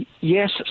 Yes